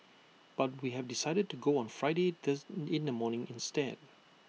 but we have decided to go on Friday does in the morning instead